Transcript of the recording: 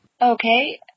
Okay